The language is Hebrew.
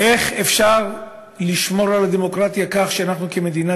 איך אפשר לשמור על הדמוקרטיה כך שאנחנו כמדינה